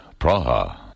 Praha